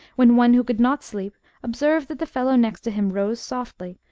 when one who could not sleep observed that the fellow next to him rose softly,